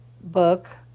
book